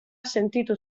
sentitu